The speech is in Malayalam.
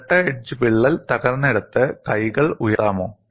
ഇരട്ട എഡ്ജ് വിള്ളൽ തകർന്നിടത്ത് കൈകൾ ഉയർത്താമോ